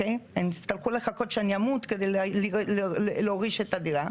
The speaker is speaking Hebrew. הם יצטרכו לחכות שאני אמות כדי להוריש את הדירה,